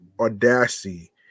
audacity